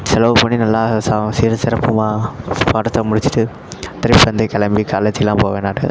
செலவு பண்ணி நல்லா சீரும் சிறப்புமாக படத்தை முடிச்சுட்டு திருப்பியும் வந்து கிளம்பி காலேஜுக்கெல்லாம் போவேன் நான்